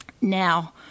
Now